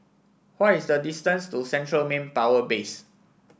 what is the distance to Central Manpower Base